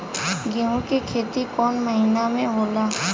गेहूं के खेती कौन महीना में होला?